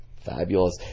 fabulous